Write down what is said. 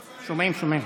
שומעים, שומעים.